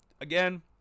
Again